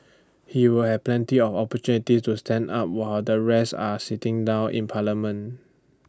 he will have plenty of opportunities to stand up while the rest are sitting down in parliament